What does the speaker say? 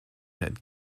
had